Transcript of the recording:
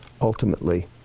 ultimately